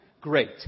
Great